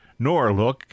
norlook